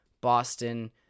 Boston